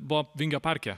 buvo vingio parke